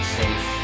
safe